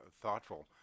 thoughtful